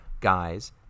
guys